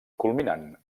culminant